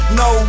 no